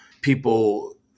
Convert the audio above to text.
people